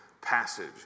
passage